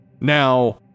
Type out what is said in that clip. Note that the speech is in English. Now